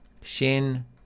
shin